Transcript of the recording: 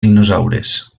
dinosaures